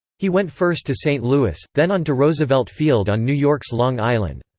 he went first to st. louis, then on to roosevelt field on new york's long island.